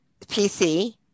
PC